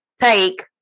take